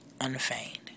Unfeigned